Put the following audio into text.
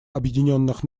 объединенных